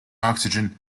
oxygen